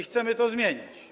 Chcemy to zmienić.